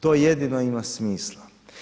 To jedino ima smisla.